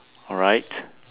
alright